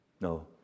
No